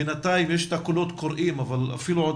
בינתיים יש את הקולות קוראים אבל אפילו עוד